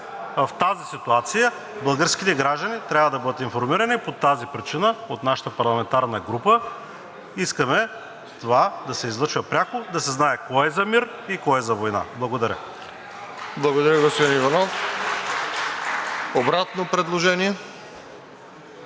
В тази ситуация българските граждани трябва да бъдат информирани. По тази причина от нашата парламентарна група искаме това да се излъчва пряко и да се знае кой е за мир и кой е за война. Благодаря. (Ръкопляскания от „БСП за България“.)